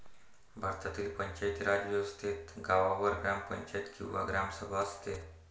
भारतातील पंचायती राज व्यवस्थेत गावावर ग्रामपंचायत किंवा ग्रामसभा असते